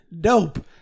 dope